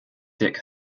dick